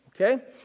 Okay